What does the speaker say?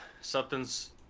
something's